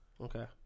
Okay